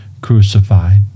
crucified